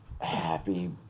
Happy